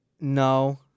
No